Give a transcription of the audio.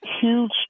huge